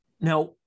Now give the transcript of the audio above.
now